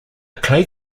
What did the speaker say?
clay